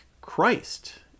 Christ